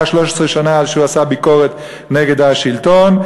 13 שנה על שהוא עשה ביקורת נגד השלטון,